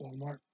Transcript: Walmart